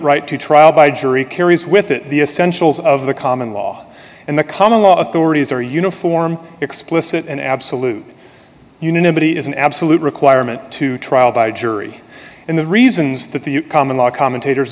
right to trial by jury carries with it the essentials of the common law and the common law authorities are uniform explicit and absolute unanimity is an absolute requirement to trial by jury and the reasons that the common law commentators